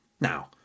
Now